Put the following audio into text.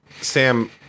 Sam